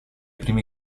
primi